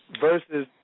versus